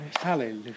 Hallelujah